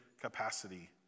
capacity